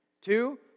Two